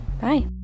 Bye